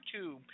YouTube